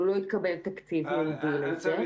כלומר, לא התקבל תקציב ייעודי לזה.